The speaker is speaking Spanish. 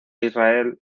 israel